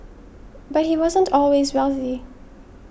but he wasn't always wealthy